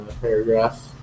paragraph